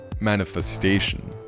manifestation